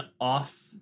off